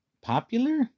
popular